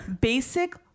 basic